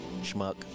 Schmuck